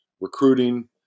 recruiting